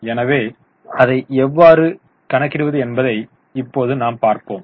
எனவே அதை எவ்வாறு கணக்கிடுவது என்பதை இப்போதுதான் பார்ப்போம்